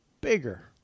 bigger